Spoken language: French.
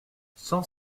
cent